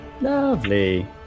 Lovely